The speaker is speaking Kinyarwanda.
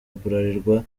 bralirwa